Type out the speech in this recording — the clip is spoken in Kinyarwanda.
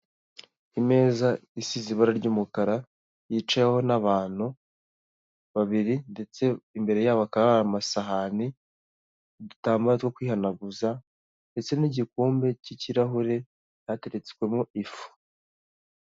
Imeza isize ibara ry'umukara yicayeho n'abantu babiri ndetse imbere yabo akaba hari amasahani, udutambaro two kwihanaguza ndetse n'igikombe cy'ikirahure cyateretswemo ifu.